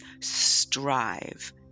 strive